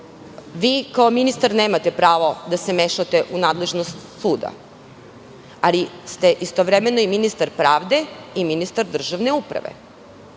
kao ministar nemate pravo da se mešate u nadležnost suda, ali ste istovremeno i ministar pravde i ministar državne uprave